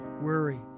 Worry